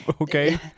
Okay